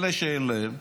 אלה שאין להם,